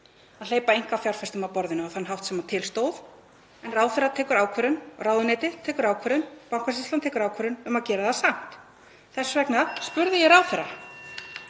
að hleypa einkafjárfestum að borðinu á þann hátt sem til stóð. En ráðherra tekur ákvörðun, ráðuneytið tekur ákvörðun, bankasýslan tekur ákvörðun um að gera það samt. Þess vegna spurði ég ráðherra: